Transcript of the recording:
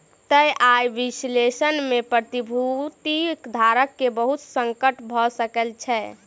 तय आय विश्लेषण में प्रतिभूति धारक के बहुत संकट भ सकै छै